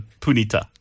punita